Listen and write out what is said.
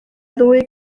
ddwy